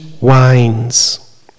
wines